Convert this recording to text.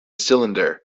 cylinder